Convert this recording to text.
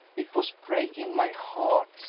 it was breaking my heart,